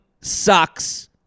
sucks